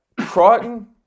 Crichton